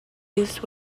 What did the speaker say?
loose